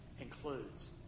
includes